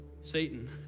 Satan